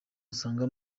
usanga